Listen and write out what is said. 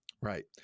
Right